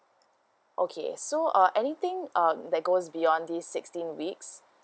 okay so uh anything um that goes beyond this sixteen weeks